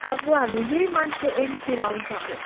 अब हामी यही मन्थको एन्डतिर आउँछ होला